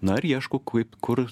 na ir ieško kaip kur